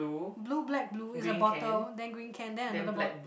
blue black blue is a bottle then green can then another bot~